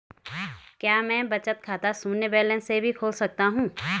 क्या मैं बचत खाता शून्य बैलेंस से भी खोल सकता हूँ?